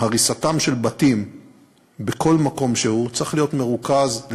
להריסתם של בתים בכל מקום שהוא צריכה להיות מרוכזת,